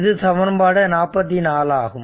இது சமன்பாடு 44 ஆகும்